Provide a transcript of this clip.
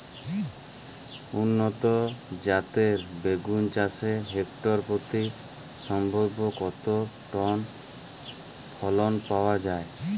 উন্নত জাতের বেগুন চাষে হেক্টর প্রতি সম্ভাব্য কত টন ফলন পাওয়া যায়?